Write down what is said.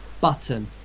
Button